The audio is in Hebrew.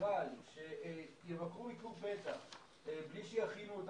לחבריי שיבקרו ביקור פתע בלי שיכינו את